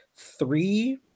Three